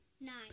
Nine